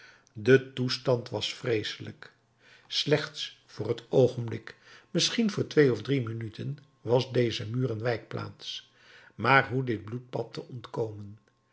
de toestand was vreeselijk slechts voor het oogenblik misschien voor twee of drie minuten was deze muur een wijkplaats maar hoe dit bloedbad te ontkomen